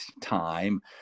time